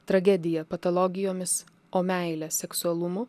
tragediją patologijomis o meilę seksualumu